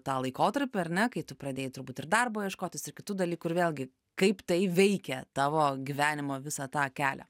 tą laikotarpį ar ne kai tu pradėjai turbūt ir darbo ieškotis ir kitų dalykų ir vėlgi kaip tai veikia tavo gyvenimo visą tą kelią